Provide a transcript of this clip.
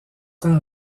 temps